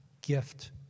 gift